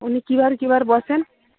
উনি কী বার কী বার বসেন